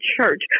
church